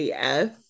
af